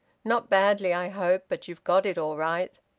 not badly, i hope. but you've got it all right.